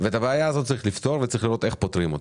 ואת הבעיה הזאת צריך לפתור וצריך לראות איך פותרים אותה.